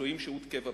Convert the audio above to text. שוהים שהות קבע במדינה.